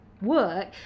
work